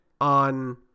on